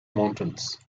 mountains